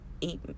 eat